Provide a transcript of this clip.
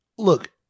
look